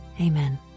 amen